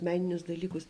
meninius dalykus